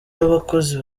w’abakozi